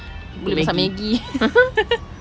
boleh masak Maggi